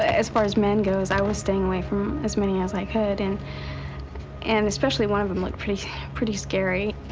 as far as men goes, i was staying away from as many as i could. and and especially one of them like looked pretty scary.